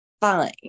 fine